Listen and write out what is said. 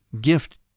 gift